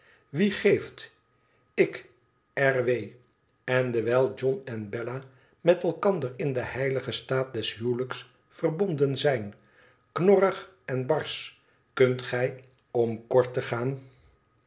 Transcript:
wie geeft ik r w en dewijl john en bella met elkander in den heiligen staat des huwelijks verbonden zijn knorrig en barsch kunt gij om kort te gaan